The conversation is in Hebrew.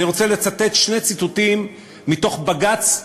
אני רוצה לצטט שני ציטוטים מתוך בג"ץ,